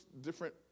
different